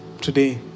today